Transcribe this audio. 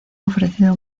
ofrecido